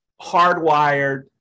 hardwired